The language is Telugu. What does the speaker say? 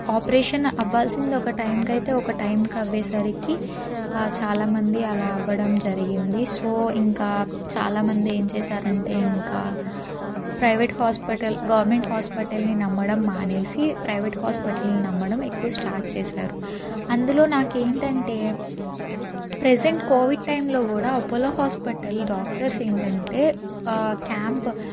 ఆపరేషన్ అవ్వాల్సింది ఒక టైంకైతే ఒక టైంకి అయ్యేసరికి చాలామంది అలా అవ్వడం జరిగింది సో ఇంకా చాలామంది ఏం చేశారంటే ఇంకా ప్రైవేట్ హాస్పిటల్ గవర్నమెంట్ హాస్పిటల్ని నమ్మడం మానేసి ప్రైవేట్ హాస్పిటల్ నమ్మడం ఎక్కువ స్టార్ట్ చేశారు అందులో నాకు ఏంటంటే ప్రెసెంట్ కోవిడ్ టైంలో కూడా అపోలో హాస్పటల్ డాక్టర్స్ ఏంటంటే క్యాంప్